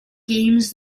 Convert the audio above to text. games